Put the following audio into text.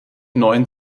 neuen